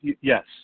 Yes